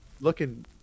looking